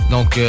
Donc